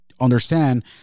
understand